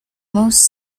most